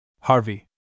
Harvey